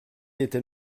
était